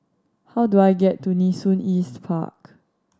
how do I get to Nee Soon East Park